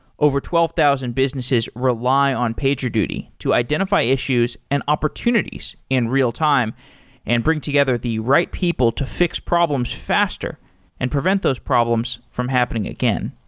over twelve thousand businesses rely on pagerduty to identify issues and opportunities in real time and bring together the right people to fix problems faster and prevent those problems from happening again.